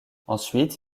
ensuite